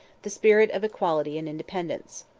the spirit of equality and independence.